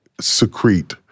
secrete